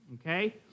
okay